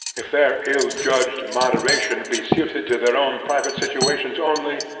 if their ill judged moderation be suited to their own private situations only,